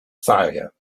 failure